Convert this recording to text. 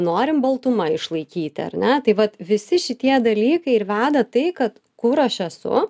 norim baltumą išlaikyti ar ne tai vat visi šitie dalykai ir veda tai kad kur aš esu